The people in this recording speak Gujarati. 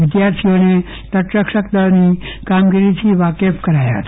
વિદ્યાર્થીઓને તટરક્ષકદળની કામગીરીથી વાકેફ કરાયા હતા